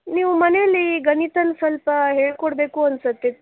ನೀವು ಮನೆಯಲ್ಲಿ ಗಣಿತನು ಸ್ವಲ್ಪ ಹೇಳ್ಕೊಡಬೇಕು ಅನ್ಸುತ್ತೆ